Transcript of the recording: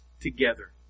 together